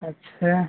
अच्छा